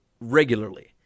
regularly